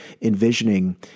envisioning